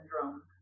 syndrome